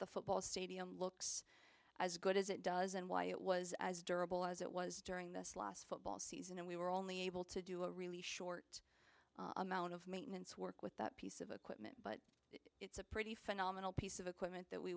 the football stadium looks as good as it does and why it was as durable as it was during this last football season and we were only able to do a really short amount of maintenance work with that piece of equipment but it's a pretty phenomenal piece of equipment that we